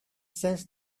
sends